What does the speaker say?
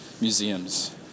museums